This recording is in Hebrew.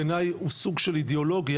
בעיניי הוא סוג של אידיאולוגיה,